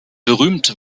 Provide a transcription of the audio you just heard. berühmt